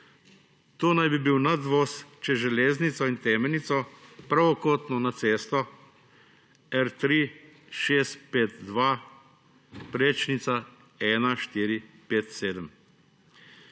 To naj bi bil nadvoz čez železnico in Temenico, pravokotno na cesto R3652/1457,